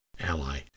Ally